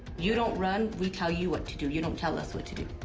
you don't run, we tell you what to do, you don't tell us what to do.